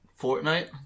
Fortnite